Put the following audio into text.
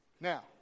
Now